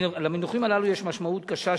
למונחים הללו יש משמעות קשה,